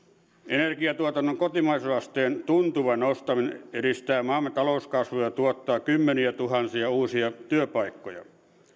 energiantuotannon kotimaisuusasteen tuntuva nostaminen edistää maamme talouskasvua ja tuottaa kymmeniätuhansia uusia työpaikkoja